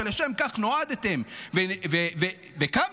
לשם כך נועדתם וקמתם.